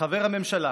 כחבר הממשלה